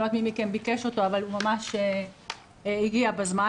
אני לא יודעת מי מכם ביקש אותו אבל הוא ממש הגיע בזמן,